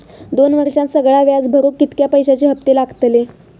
दोन वर्षात सगळा व्याज भरुक कितक्या पैश्यांचे हप्ते लागतले?